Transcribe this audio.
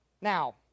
Now